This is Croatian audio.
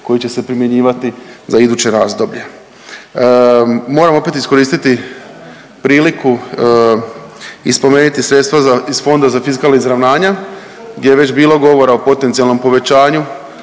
koji će se primjenjivati za iduće razdoblje. Moram opet iskoristiti priliku i spomenuti sredstva iz Fonda za fiskalna izravnanja, gdje je već bilo govora o potencijalnom povećanju